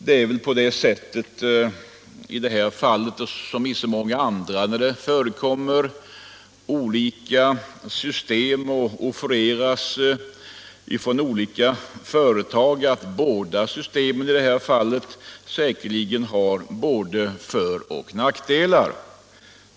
Det är nog så i detta fallet som i så många andra där det offereras olika system från olika företag, att båda systemen har både för och nackdelar.